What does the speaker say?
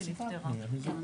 אפשר להתייחס לדברים?